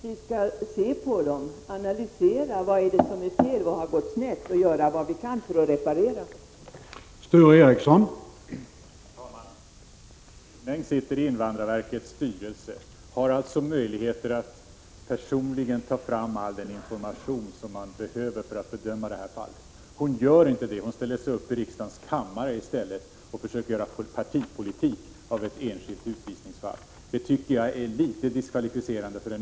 Vi skall se på dem, analysera vad som är fel och vad som har gått snett samt göra vad vi kan för att reparera skadan.